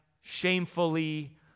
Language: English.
shamefully